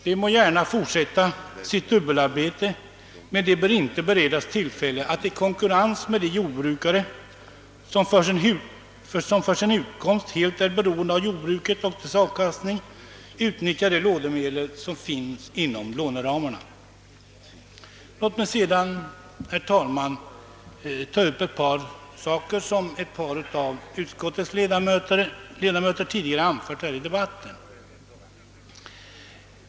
De må gärna fortsätta sitt dubbelarbete men de bör inte beredas tillfälle att i konkurrens med jordbrukare, som för sin utkomst helt är beroende av jordbruket och dess avkastning, utnyttja de lånemedel som finns inom låneramarna. Låt mig sedan, herr talman, ta upp ett par saker som några utskottsledamöter tidigare anfört i debatten.